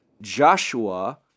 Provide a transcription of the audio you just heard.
Joshua